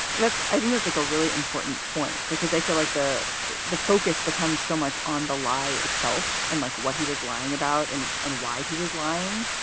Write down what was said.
that's i think that's like a really important point, because they feel like the the focus becomes so much on the lie itself and like what he was lying about and and why he was lying.